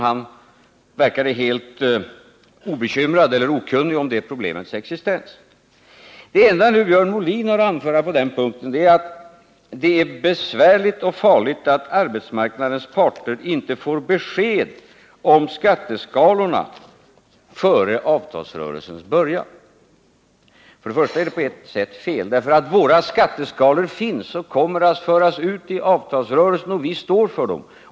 Han verkade helt okunnig om det problemets existens. Och det enda Björn Molin har att anföra på den punkten är att det är besvärligt och farligt att arbetsmarknadens parter inte får besked om skatteskalorna före avtalsrörelsens början. För det första är det fel — våra skatteskalor finns och kommer att föras ut i avtalsrörelsen, och vi står för dem.